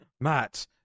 Matt